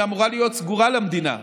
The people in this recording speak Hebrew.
היא אמורה להיות סגורה למדינה,